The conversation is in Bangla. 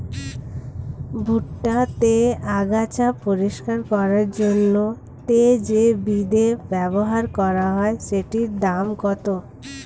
ভুট্টা তে আগাছা পরিষ্কার করার জন্য তে যে বিদে ব্যবহার করা হয় সেটির দাম কত?